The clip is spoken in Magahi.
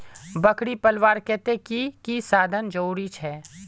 बकरी पलवार केते की की साधन जरूरी छे?